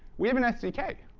we have an sdk.